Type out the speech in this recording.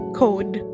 code